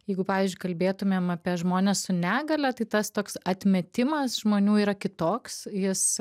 jeigu pavyzdžiui kalbėtumėm apie žmones su negalia tai tas toks atmetimas žmonių yra kitoks jis